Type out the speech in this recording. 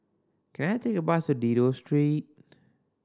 can I take a bus to Dido Street